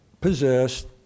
possessed